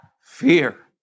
fear